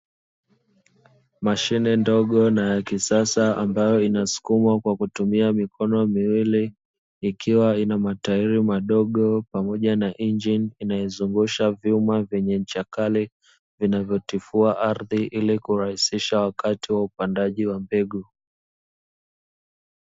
Mashine ndogo na ya kisasa ambayo inasukumwa kwa kutumia mikono miwili ikiwa na matairi madogo pamoja na injini, inayozungusha vyuma vyenye ncha kali vinavyotifua ardhi ili kurahisisha wakati wa upandaji wa mbegu.